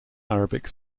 arabic